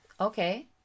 Okay